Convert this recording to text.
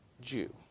Jew